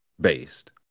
based